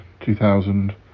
2000